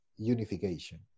Unification